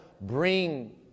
bring